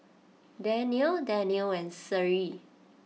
Danial Danial and Seri